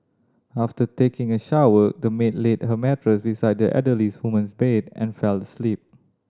after taking a shower the maid laid her mattress beside the elderly woman's bed and fell asleep